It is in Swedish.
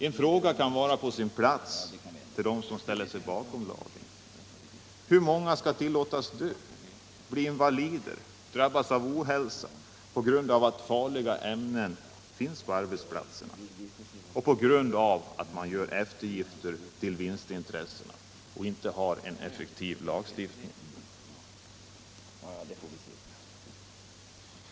En fråga kan vara på sin plats till dem som ställer sig bakom lagen: Hur många skall tillåtas dö, invalidiseras eller drabbas av ohälsa på grund av att farliga ämnen finns på arbetsplatserna och på grund av att man gör eftergifter för vinstintressena och inte har en effektiv lagstiftning?